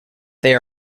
they